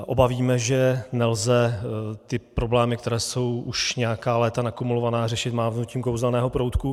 Oba víme, že nelze ty problémy, které jsou už nějaká léta nakumulované, řešit mávnutím kouzelného proutku.